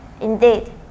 Indeed